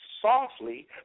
softly